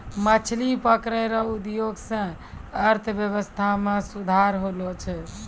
मछली पकड़ै रो उद्योग से अर्थव्यबस्था मे सुधार होलो छै